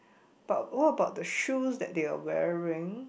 but what about the shoes that they are wearing